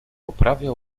poprawia